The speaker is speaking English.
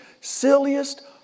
silliest